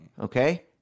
Okay